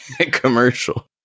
commercial